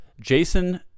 Jason